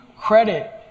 credit